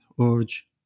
urge